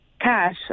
cash